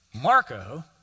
Marco